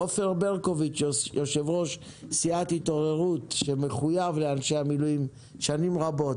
עופר ברקוביץ' יו"ר סיעת התעוררות שמחוייב לאנשי המילואים שנים רבות,